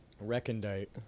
Recondite